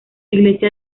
iglesia